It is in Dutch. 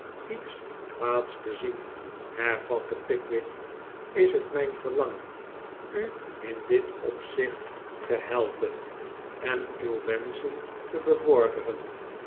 iets kwaads te zien hervatte pickwick is het mijn verlangen u in dit opzicht te helpen en uw wenschen te bevorderen